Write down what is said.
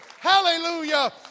Hallelujah